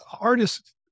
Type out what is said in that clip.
artists